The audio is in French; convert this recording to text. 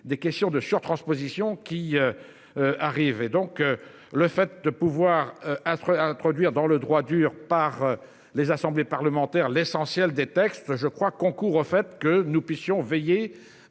des questions de surtransposition qui. Arrivent et donc le fait de pouvoir à introduire dans le droit dur par les assemblées parlementaires l'essentiel des textes, je crois qu'on court au fait que nous puissions veiller